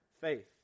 faith